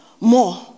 more